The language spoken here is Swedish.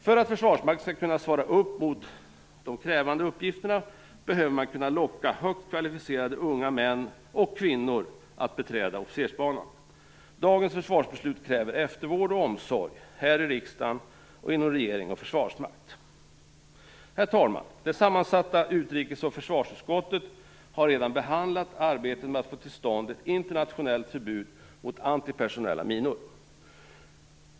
För att Försvarsmakten skall kunna svara upp mot de krävande uppgifterna behöver högt kvalificerade unga män och kvinnor kunna lockas att beträda officersbanan. Dagens försvarsbeslut kräver eftervård och omsorg - här i riksdagen och inom regering och försvarsmakt. Herr talman! Det sammansatta utrikes och försvarsutskottet har redan behandlat arbetet med att få till stånd ett internationellt förbud mot antipersonella minor.